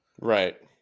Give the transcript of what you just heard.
Right